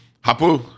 Hapu